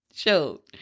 show